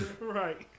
Right